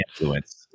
influence